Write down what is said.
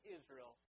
Israel